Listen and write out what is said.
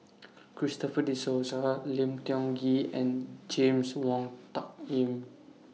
Christopher De Souza Lim Tiong Ghee and James Wong Tuck Yim